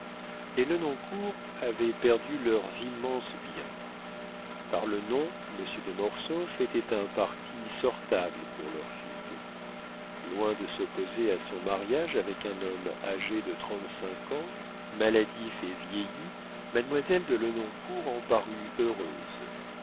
les lenoncourt avaient perdu leurs immenses biens par le nom monsieur de mortsauf était un parti sortable pour leur fille loin de s'opposer à son mariage avec un homme âgé de trente-cinq ans maladif et vieilli mademoiselle de lenoncourt en parut heureuse